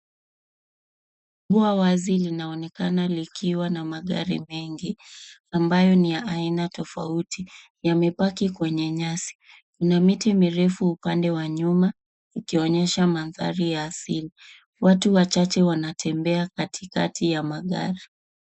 Ua wazi linaonekana likiwa na magari mengi ambayo ni ya aina tofauti yamepaki kwenye nyasi kuna miti mirefu upande wa nyuma ikionyesha mandhari ya siri. Watu wachache wanatembea kati kati ya magari.